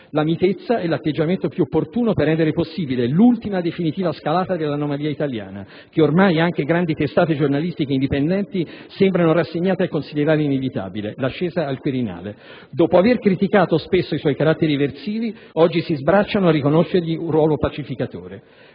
La mitezza è l'atteggiamento più opportuno per rendere possibile l'ultima definitiva scalata dell'anomalia italiana, che ormai anche grandi testate giornalistiche indipendenti sembrano rassegnate a considerare inevitabile: l'ascesa al Quirinale. Dopo aver criticato spesso i suoi caratteri eversivi, oggi si sbracciano a riconoscergli un ruolo pacificatore.